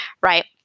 right